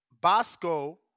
Bosco